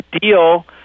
deal